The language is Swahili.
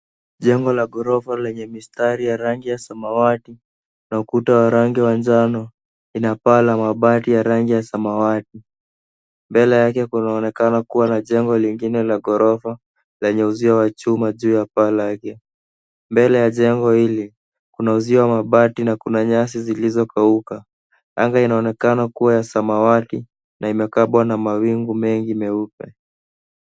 Jengo la ghorofa lenye mistari ya rangi ya samawati na ukuta wa rangi ya njano ina paa la mabati ya rangi ya samawati. Mbele yake kunaonekana kuwa na jengo lingine la ghorofa lenye uzio wa chuma juu ya paa lake. Mbele ya jengo hili, kuna uzio wa mabati na kuna nyasi zilizokauka. Anga inaonekana kuwa ya samawati na imekabwa na mawingu mengi meupe.